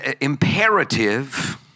imperative